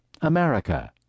america